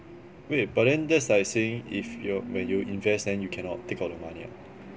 wait but then that's like saying if your when you invest then you can not take out the money ah